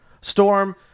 Storm